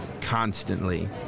constantly